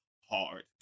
Hard